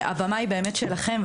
הבמה היא באמת שלכם,